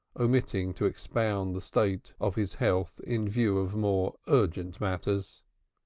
omitting to expound the state of his health in view of more urgent matters.